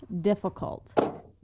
difficult